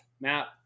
map